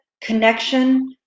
connection